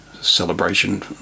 celebration